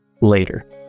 later